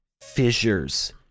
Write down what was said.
fissures